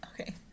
okay